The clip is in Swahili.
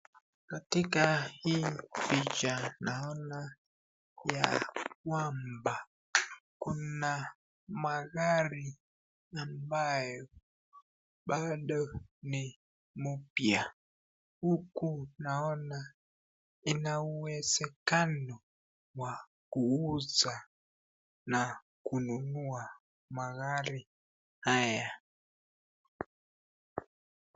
Katika hii picha naona ya kwamba kuna magari ambayo pado ni mpya huku naona kunauwezekano wa kuuza na nunua magari haya.